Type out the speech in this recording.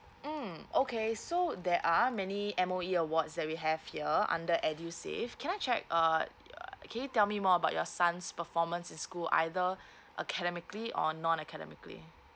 mm okay so there are many M_O_E awards that we have here under edusave can I check err err can you tell me more about your son's performance in school either academically or non academically